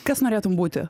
kas norėtum būti